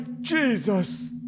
Jesus